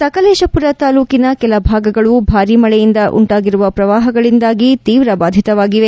ಸಕಲೇಶಮರ ತಾಲೂಕಿನ ಕೆಲ ಭಾಗಗಳು ಭಾರಿ ಮಳೆಯಿಂದ ಉಂಟಾಗಿರುವ ಪ್ರವಾಹಗಳಿಂದಾಗಿ ತೀವ್ರ ಬಾಧಿತವಾಗಿವೆ